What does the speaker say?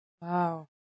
Wow